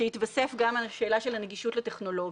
שתיתוסף גם השאלה של הנגישות לטכנולוגיה.